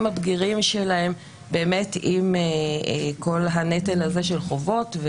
הבגירים שלהם באמת עם כל הנטל הזה של חובות.